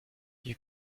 you